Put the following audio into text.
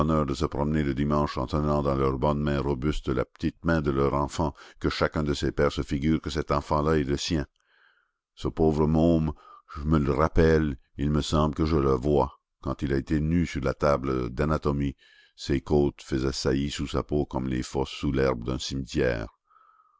de se promener le dimanche en tenant dans leur bonne main robuste la petite main de leur enfant que chacun de ces pères se figure que cet enfant-là est le sien ce pauvre môme je me le rappelle il me semble que je le vois quand il a été nu sur la table d'anatomie ses côtes faisaient saillie sous sa peau comme les fosses sous l'herbe d'un cimetière